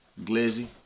Glizzy